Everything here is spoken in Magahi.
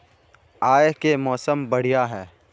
आय के मौसम बढ़िया है?